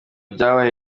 rugamba